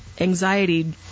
anxiety